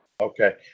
okay